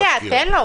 תן לו.